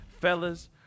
Fellas